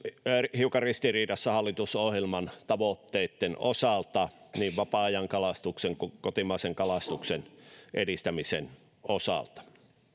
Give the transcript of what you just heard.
hiukan ristiriidassa hallitusohjelman tavoitteitten kanssa niin vapaa ajan kalastuksen kuin kotimaisen kalastuksen edistämisen osalta ja